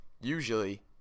Usually